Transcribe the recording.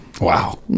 Wow